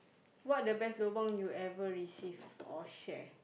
what are the best lobang you ever receive or share